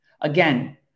Again